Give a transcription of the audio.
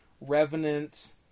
Revenant